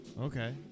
Okay